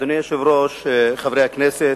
אדוני היושב-ראש, חברי הכנסת,